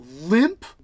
limp